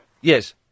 Yes